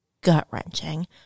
gut-wrenching